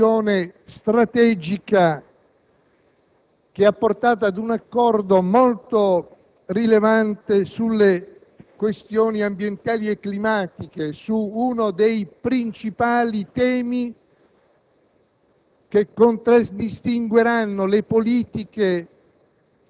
ha condotto a compimento una discussione strategica che ha portato a un accordo molto rilevante sulle questioni ambientali e climatiche, uno dei principali temi